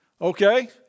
Okay